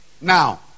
Now